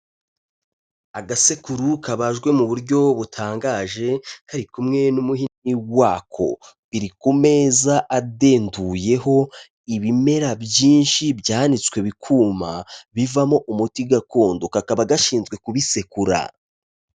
Agasekuru kabajwe mu buryo butangaje kari kumwe n'umuhini wako, biri ku meza adenduyeho ibimera byinshi byanitswe bikuma bivamo umuti gakondo, kakaba gashinzwe kubisekura.